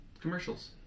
commercials